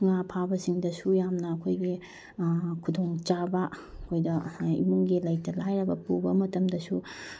ꯉꯥ ꯐꯥꯕꯁꯤꯡꯗꯁꯨ ꯌꯥꯝꯅ ꯑꯩꯈꯣꯏꯒꯤ ꯈꯨꯗꯣꯡꯆꯥꯕ ꯑꯩꯈꯣꯏꯗ ꯏꯃꯨꯡꯒꯤ ꯂꯩꯇ ꯂꯥꯏꯔꯕ ꯄꯨꯕ ꯃꯇꯝꯗꯁꯨ